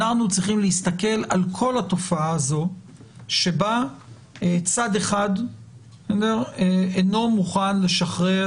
אנחנו צריכים להסתכל על כל התופעה הזו שבה צד אחד אינו מוכן לשחרר